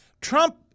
Trump